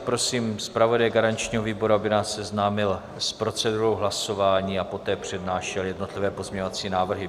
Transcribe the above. Prosím zpravodaje garančního výboru, aby nás seznámil s procedurou hlasování a poté přednášel jednotlivé pozměňovací návrhy.